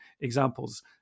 examples